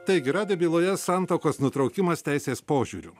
taigi radijo byloje santuokos nutraukimas teisės požiūriu